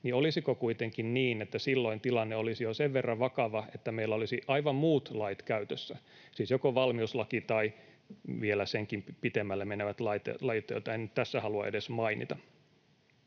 niin olisiko kuitenkin niin, että silloin tilanne olisi jo sen verran vakava, että meillä olisivat aivan muut lait käytössä, siis joko valmiuslaki tai vielä siitäkin pitemmälle menevät lait, joita en nyt tässä halua edes mainita.